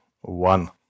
one